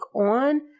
on